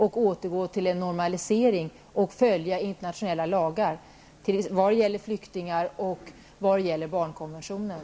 Vi bör återgå till en normalisering och följa internationella lagar vad gäller flyktingar och även vad gäller barnkonventionen.